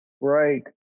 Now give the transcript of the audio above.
Right